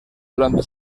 durante